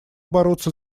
бороться